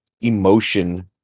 emotion